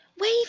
wave